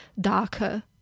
darker